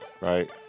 right